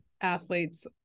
athletes